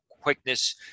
quickness